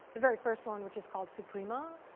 the very first one, which is called suprema.